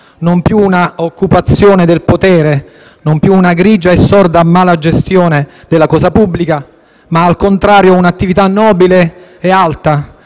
non più un'occupazione del potere, non più una grigia e sorda mala gestione della cosa pubblica, ma al contrario un'attività nobile e alta,